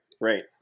right